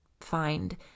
find